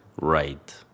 right